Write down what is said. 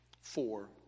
four